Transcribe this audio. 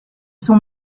son